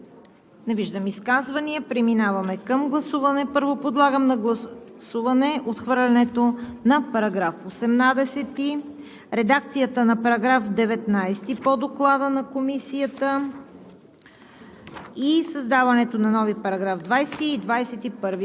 определени в него.“